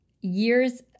years